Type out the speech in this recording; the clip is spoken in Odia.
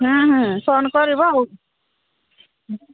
ଫୋନ୍ କରିବ ଆଉ